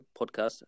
podcast